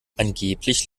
angeblich